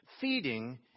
Feeding